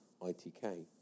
ITK